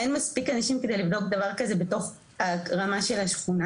אנשים כדי לבדוק דבר כזה בתוך הרמה של השכונה